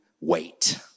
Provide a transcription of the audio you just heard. wait